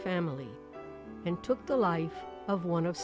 family and took the life of one of